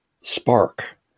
spark